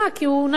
כי הוא נשר,